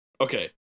Okay